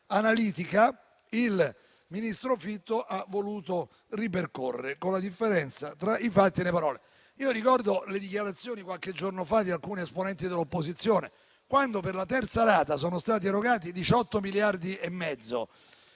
analitica, il ministro Fitto ha voluto ripercorrere, con la differenza tra i fatti e le parole. Ricordo le dichiarazioni, qualche giorno fa, di alcuni esponenti dell'opposizione, quando per la terza rata sono stati erogati 18,5 miliardi di euro.